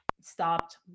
stopped